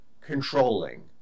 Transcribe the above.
controlling